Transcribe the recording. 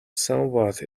somewhat